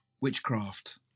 witchcraft